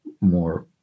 more